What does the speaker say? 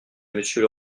monsieur